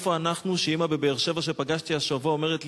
איפה אנחנו כשאמא בבאר-שבע שפגשתי השבוע אומרת